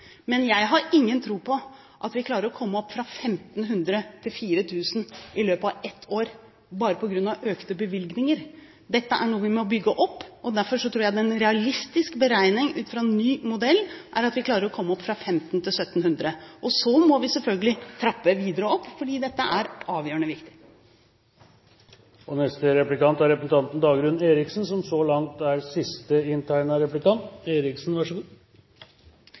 Men jeg har ingen tro på at vi klarer å komme opp fra 1 500 til 4 000 i løpet av ett år bare på grunn av økte bevilgninger. Dette er noe vi må bygge opp, og derfor tror jeg en realistisk beregning ut fra ny modell er at vi klarer å komme opp fra 1 500 til 1 700. Så må vi selvfølgelig trappe opp videre, for dette er avgjørende viktig. Kristelig Folkeparti har i mange år tatt opp behovet for å gjøre noe med ungdomsskolen, og det er